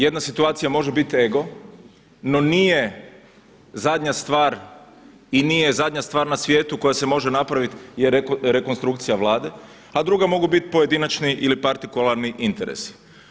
Jedna situacija može biti ego no nije zadnja stvar i nije zadnja stvar na svijetu koja se može napraviti je rekonstrukcija Vlade, a druga mogu biti pojedinačni ili partikularni interesi.